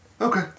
Okay